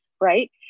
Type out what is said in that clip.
right